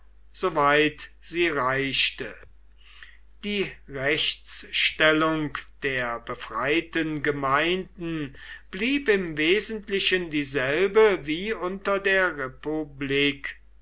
a e die rechtsstellung der befreiten gemeinden blieb im wesentlichen dieselbe wie unter der republik